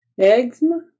Eczema